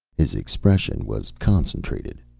his expression was concentrated,